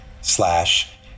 slash